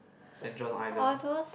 saint-john Island